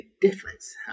difference